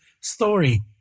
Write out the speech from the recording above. story